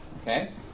okay